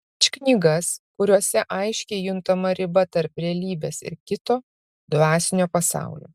ypač knygas kuriose aiškiai juntama riba tarp realybės ir kito dvasinio pasaulio